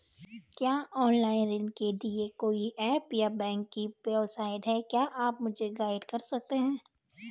क्या ऑनलाइन ऋण के लिए कोई ऐप या बैंक की वेबसाइट है क्या आप मुझे गाइड कर सकते हैं?